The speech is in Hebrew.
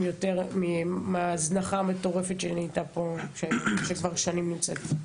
יותר מההזנחה המטורפת שכבר שנים נמצאת פה.